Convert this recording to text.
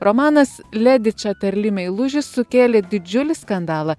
romanas ledi čaterli meilužis sukėlė didžiulį skandalą